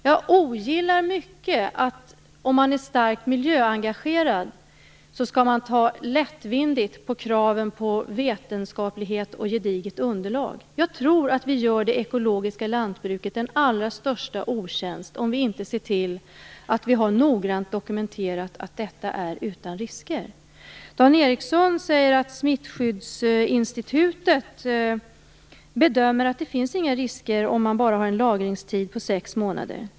Jag ogillar mycket att man, om är starkt miljöengagerad, skall man ta lättvindigt på kraven på vetenskaplighet och gediget underlag. Jag tror att vi gör det ekologiska lantbruket den allra största otjänsten om vi inte ser till att vi noggrant har dokumenterat att detta är utan risker. Dan Ericsson säger att Smittskyddsinstitutet bedömer att det inte finns några risker bara man har en lagringstid på sex månader.